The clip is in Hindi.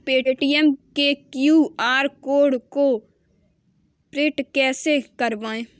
पेटीएम के क्यू.आर कोड को प्रिंट कैसे करवाएँ?